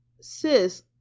sis